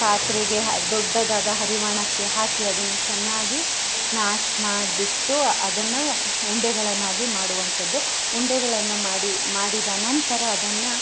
ಪಾತ್ರೆಗೆ ದೊಡ್ಡದಾದ ಹರಿವಾಣಕ್ಕೆ ಹಾಕಿ ಅದನ್ನು ಚೆನ್ನಾಗಿ ಸ್ಮ್ಯಾಷ್ ಮಾಡಿಬಿಟ್ಟು ಅದನ್ನು ಉಂಡೆಗಳನ್ನಾಗಿ ಮಾಡುವಂಥದ್ದು ಉಂಡೆಗಳನ್ನು ಮಾಡಿ ಮಾಡಿದ ನಂತರ ಅದನ್ನು